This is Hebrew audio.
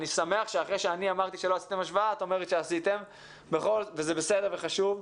אני שמח שאחרי שאמרתי שלא עשיתם השוואה את אומרת שעשיתם וזה בסדר וחשוב,